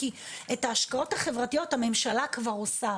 כי את ההשקעות החברתיות הממשלה כבר עושה,